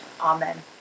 Amen